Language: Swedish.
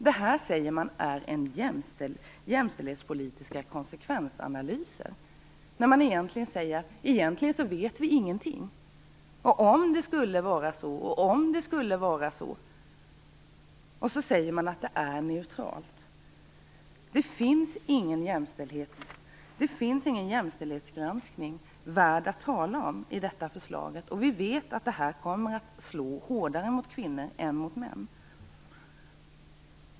Det här säger man är jämställdhetspolitiska konsekvensanalyser, när man egentligen säger att man ingenting vet. "Om det skulle vara så", och det säger man är neutralt. Det finns ingen jämställdhetsgranskning värd att tala om i detta förslag, och vi vet att det här kommer att slå hårdare mot kvinnor än mot män.